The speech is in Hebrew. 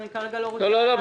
זה לא "כמובן".